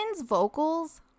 vocals